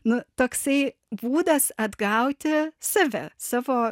nu toksai būdas atgauti save savo